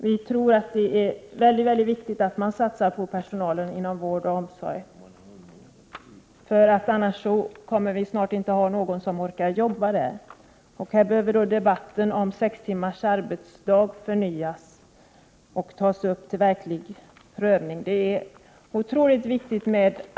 Vi tror att det är mycket viktigt att satsa på personalen inom vården och omsorgen, annars kommer vi snart inte att ha någon som orkar arbeta där. Här behöver debatten om sex timmars arbetsdag förnyas och tas upp till verklig prövning.